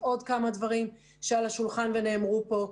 עוד כמה דברים שעל השולחן ונאמרו כאן.